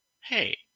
hey